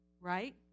right